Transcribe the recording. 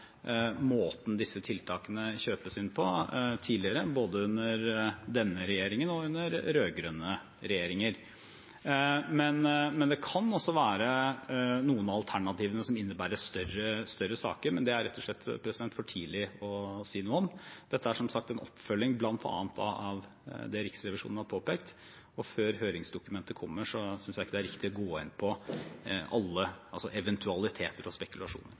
måten disse tiltakene kjøpes inn på tidligere, både under denne regjeringen og under rød-grønne regjeringer. Det kan også være noen av alternativene som innebærer større saker, men det er det rett og slett for tidlig å si noe om. Dette er som sagt en oppfølging bl.a. av det Riksrevisjonen har påpekt, og før høringsdokumentet kommer, synes jeg ikke det er riktig å gå inn på alle eventualiteter og spekulasjoner.